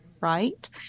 right